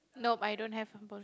nope I don't have a bowling